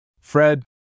Fred